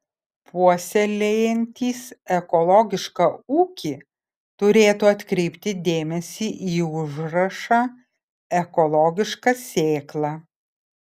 puoselėjantys ekologišką ūkį turėtų atkreipti dėmesį į užrašą ekologiška sėkla